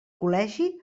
col·legi